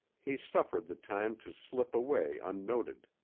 he suffered the time to slip away unnoted.